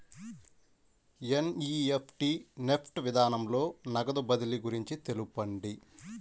NEFT NEFT విధానంలో నగదు బదిలీ గురించి తెలుపండి?